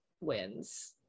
wins